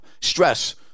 Stress